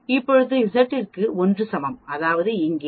எப்போது Z இங்கே 1 க்கு சமம் அதாவது இங்கே